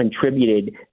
contributed